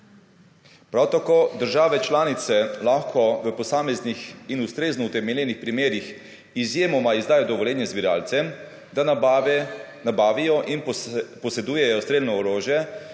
Prav tako države članice lahko v posameznih in ustrezno utemeljenih primerih izjemoma izdajo dovoljenje zbiralcem, da nabavijo in posedujejo strelno orožje,